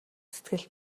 сэтгэл